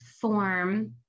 form